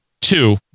Two